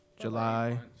July